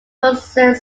concerned